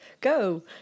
go